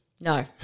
No